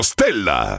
Stella